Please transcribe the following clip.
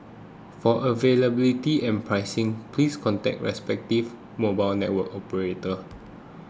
for availability and pricing please contact respective mobile network operators